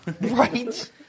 right